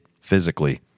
physically